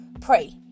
pray